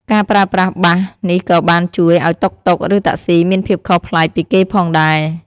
ការប្រើប្រាស់បាសនេះក៏បានជួយឱ្យតុកតុក ឬតាក់ស៊ីមានភាពខុសប្លែកពីគេផងដែរ។